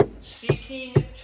seeking